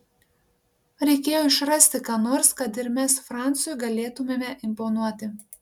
reikėjo išrasti ką nors kad ir mes francui galėtumėme imponuoti